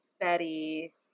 Betty